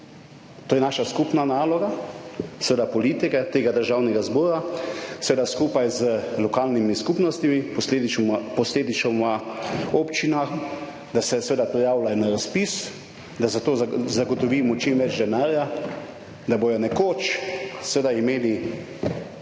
To je naša skupna naloga, seveda politike tega Državnega zbora, seveda skupaj z lokalnimi skupnostmi, posledično ima občina, da se seveda prijavljajo na razpis, da za to zagotovimo čim več denarja, da bodo nekoč seveda